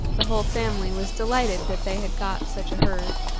the whole family was delighted that they had got such a herd.